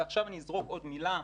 ועכשיו נזרוק עוד מילה,